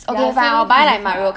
ya so